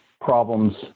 problems